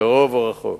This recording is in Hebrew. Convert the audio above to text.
קרוב או רחוק.